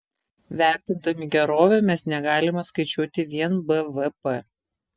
vertindami gerovę mes negalime skaičiuoti vien bvp